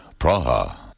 Praha